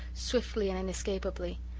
swiftly and inescapably.